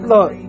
Look